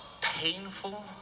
painful